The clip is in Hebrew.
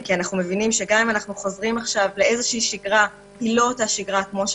כי אנו מבינים שגם אם אנו חוזרים לשגרה היא לא מה שהיה קודם.